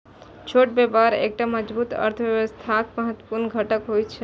छोट व्यवसाय एकटा मजबूत अर्थव्यवस्थाक महत्वपूर्ण घटक होइ छै